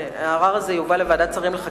הערר הזה יובא לוועדת שרים לענייני חקיקה,